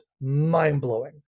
mind-blowing